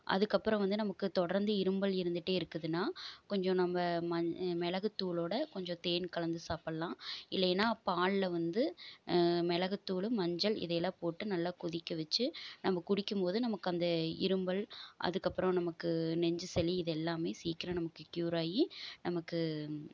அதுக்கப்புறம் வந்து நமக்கு தொடர்ந்து இருமல் இருந்துகிட்டே இருக்குதுன்னால் கொஞ்சம் நம்ம மஞ் மிளகுத் தூளோடு கொஞ்சம் தேன் கலந்து சாப்பிட்லாம் இல்லைன்னா பாலில் வந்து மிளகுத்தூளு மஞ்சள் இதையெல்லாம் போட்டு நல்லா கொதிக்க வச்சு நம்ம குடிக்கும்போது நமக்கு அந்த இருமல் அதுக்கப்புறம் நமக்கு நெஞ்சு சளி இது எல்லாமே சீக்கிரம் நமக்கு க்யூர் ஆகி நமக்கு